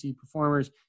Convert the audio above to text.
performers